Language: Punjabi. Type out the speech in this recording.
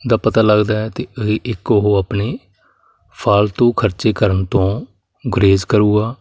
ਦਾ ਪਤਾ ਲੱਗਦਾ ਹੈ ਅਤੇ ਇੱਕ ਉਹ ਆਪਣੇ ਫਾਲਤੂ ਖਰਚੇ ਕਰਨ ਤੋਂ ਗੁਰੇਜ ਕਰੂਗਾ